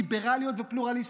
ליברליות ופלורליסטיות.